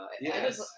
Yes